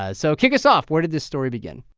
ah so kick us off. where did this story begin?